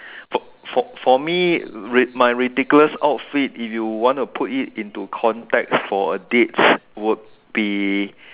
for for for me my ridiculous outfit if you want to put it into context for a dates would be